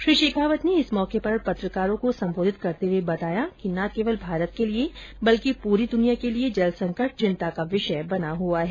श्री शेखावत ने इस मौके पर पत्रकारों को संबोधित करते हुए बताया कि न केवल भारत के लिए बल्कि पूरी दुनिया के लिए जल संकट चिंता का विषय बना हुआ है